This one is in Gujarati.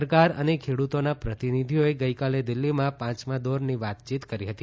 સરકાર અને ખેડૂતોના પ્રતિનિધિઓએ ગઈકાલે દિલ્ફીમાં પાંચમા દોરની વાતચીત કરી હતી